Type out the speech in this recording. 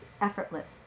effortless